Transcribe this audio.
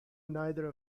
neither